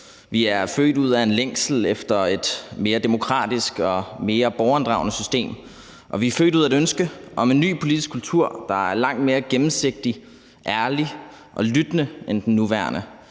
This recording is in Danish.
Vi er født ud af en længsel efter et mere demokratisk og mere borgerinddragende system, og vi er født ud af et ønske om en ny politisk kultur, der er langt mere gennemsigtig, ærlig og lyttende end den nuværende